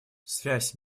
связь